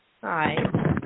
Hi